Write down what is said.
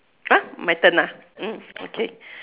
!huh! my turn ah mm okay